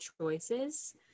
choices